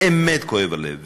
באמת כואב הלב.